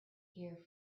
here